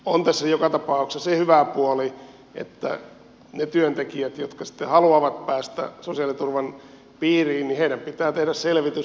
on tässä joka tapauksessa se hyvä puoli että niiden työntekijöiden jotka sitten haluavat päästä sosiaaliturvan piiriin pitää tehdä selvitys palkastaan